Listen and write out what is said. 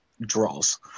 draws